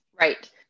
Right